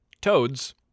toads